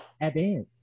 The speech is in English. advance